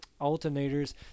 alternators